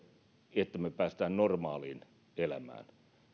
että me pääsemme normaaliin elämään